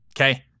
Okay